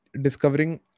discovering